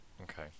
okay